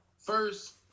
First